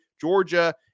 Georgia –